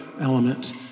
element